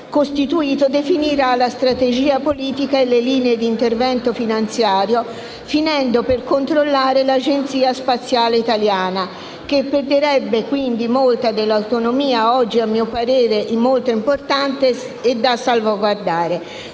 costituito, definisce la strategia politica e le linee di intervento finanziario, finendo per controllare l'Agenzia spaziale italiana, che perderebbe quindi molta dell'autonomia di cui gode oggi e che, a mio parere, è molto importante salvaguardare.